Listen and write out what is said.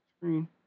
Screen